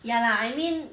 ya lah I mean